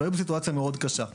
והם היו שם בסיטואציה מאוד קשה.